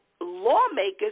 lawmakers